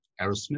Aerosmith